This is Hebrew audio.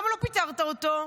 למה לא פיטרת אותו?